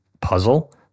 puzzle